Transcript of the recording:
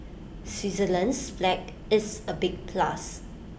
Switzerland's flag is A big plus